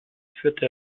führte